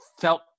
felt